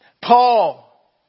Paul